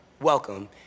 welcome